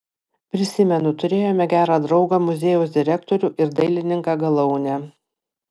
prisimenu turėjome gerą draugą muziejaus direktorių ir dailininką galaunę